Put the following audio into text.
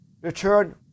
return